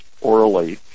orally